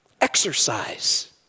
Exercise